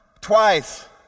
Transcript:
twice